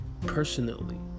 Personally